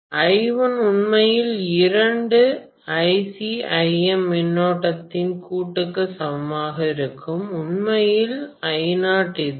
I1 உண்மையில் இரண்டு Ic Im மின்னோட்டத்தின் கூட்டுக்கு சமமாக இருக்கும் உண்மையில் I0 இது